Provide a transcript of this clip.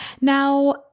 Now